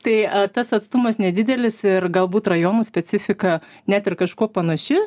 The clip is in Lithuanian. tai tas atstumas nedidelis ir galbūt rajonų specifiką net ir kažkuo panaši